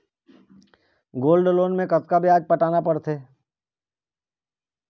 Gold loan मे कतका ब्याज पटाना पड़थे?